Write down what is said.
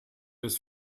des